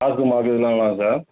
ஆஸ்துமாக்கு இதுக்குலாம் நல்லதா சார்